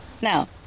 Now